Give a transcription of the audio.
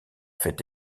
fait